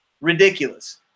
ridiculous